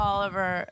Oliver